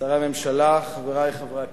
שרי הממשלה, חברי חברי הכנסת,